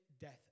death